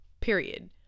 Period